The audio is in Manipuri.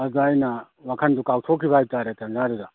ꯑꯗꯨꯗ ꯑꯩꯅ ꯋꯥꯈꯟꯗꯨ ꯀꯥꯎꯊꯣꯛꯈꯤꯕ ꯍꯥꯏꯇꯔꯦ ꯇꯟꯖꯥꯗꯨꯗ